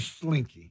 Slinky